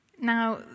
Now